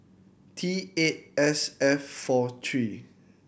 T eight S F four three